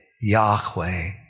Yahweh